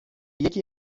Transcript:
یکی